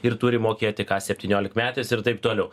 ir turi mokėti ką septyniolikmetis ir taip toliau